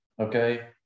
Okay